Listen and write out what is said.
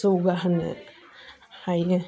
जौगाहोनो हायो